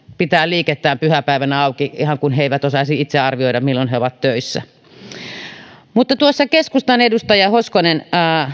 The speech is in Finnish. pitää liikettään pyhäpäivänä auki ihan kuin he eivät osaisi itse arvioida milloin he ovat töissä tuossa keskustan edustaja hoskonen